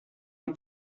een